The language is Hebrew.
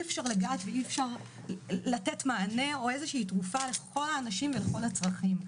אי אפשר לגעת או לתת מענה או איזושהי תרופה לכל האנשים ולכל הצרכים.